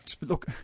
Look